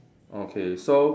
okay so